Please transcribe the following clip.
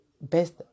best